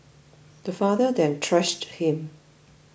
the father then thrashed him